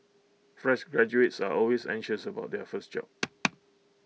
fresh graduates are always anxious about their first job